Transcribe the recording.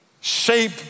Shape